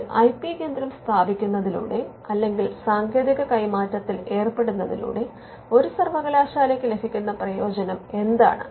ഒരു I P കേന്ദ്രം സ്ഥാപിക്കുന്നതിലൂടെ അല്ലെങ്കിൽ സാങ്കേതിക കൈമാറ്റത്തിൽ ഏർപ്പെടുന്നതിലൂടെ ഒരു സർവകലാശാലയ്ക്ക് ലഭിക്കുന്ന പ്രയോജനം എന്താണ്